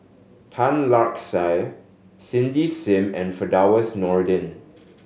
Tan Lark Sye Cindy Sim and Firdaus Nordin